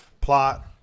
plot